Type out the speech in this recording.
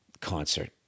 concert